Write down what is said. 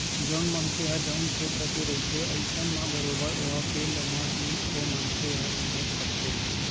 जउन मनखे ह जउन छेत्र के रहिथे अइसन म बरोबर ओ फील्ड म ही ओ मनखे ह निवेस करथे